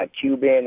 Cuban